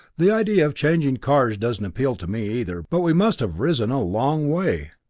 the idea of changing cars doesn't appeal to me, either but we must have risen a long way!